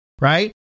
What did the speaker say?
right